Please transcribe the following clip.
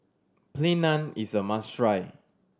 Plain Naan is a must try